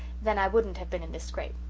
then i wouldn't have been in this scrape.